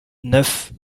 neuf